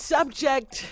Subject